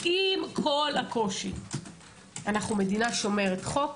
עם כל הקושי אנחנו מדינה שומרת חוק,